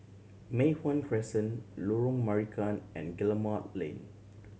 Mei Hwan Crescent Lorong Marican and Guillemard Lane